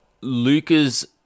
Luca's